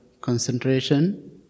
concentration